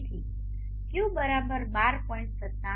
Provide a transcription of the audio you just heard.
તેથી ક્યૂ 12